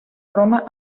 roma